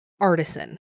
artisan